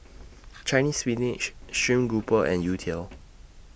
Chinese Spinach Stream Grouper and Youtiao